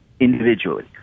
individually